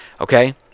okay